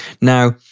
Now